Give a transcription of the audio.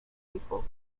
people